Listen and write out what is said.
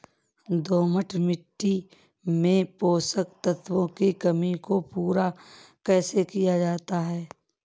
दोमट मिट्टी में पोषक तत्वों की कमी को पूरा कैसे किया जा सकता है?